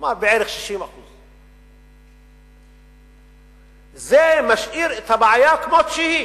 כלומר בערך 60%. זה משאיר את הבעיה כמות שהיא.